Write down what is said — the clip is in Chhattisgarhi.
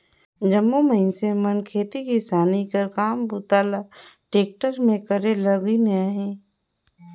जम्मो मइनसे मन खेती किसानी कर काम बूता ल टेक्टर मे करे लगिन अहे